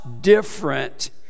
different